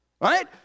Right